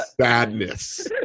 sadness